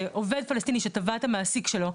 עובד פלסטיני שתבע את המעסיק שלו,